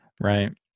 Right